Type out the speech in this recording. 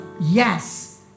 Yes